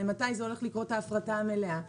מתי ההפרטה המלאה הולכת לקרות?